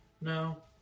No